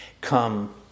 come